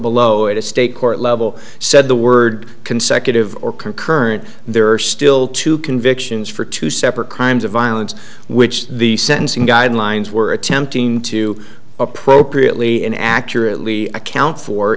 below it a state court level said the word consecutive or concurrent there are still two convictions for two separate crimes of violence which the sentencing guidelines were attempting to appropriately in accurately account for